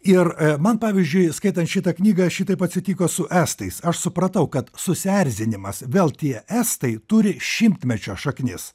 ir man pavyzdžiui skaitant šitą knygą šitaip atsitiko su estais aš supratau kad susierzinimas vėl tie estai turi šimtmečio šaknis